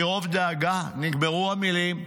מרוב דאגה נגמרו המילים,